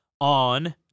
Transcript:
on